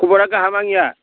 खब'रा गाहाम आंनिया